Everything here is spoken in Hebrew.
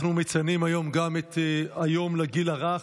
אנחנו מציינים היום גם את היום לגיל הרך.